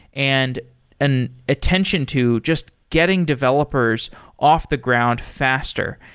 and an attention to just getting developers off the ground faster,